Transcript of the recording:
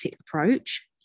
approach